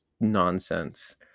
nonsense